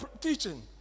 teaching